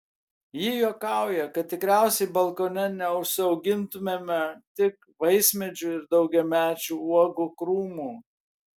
ji juokauja kad tikriausiai balkone neužsiaugintumėme tik vaismedžių ir daugiamečių uogų krūmų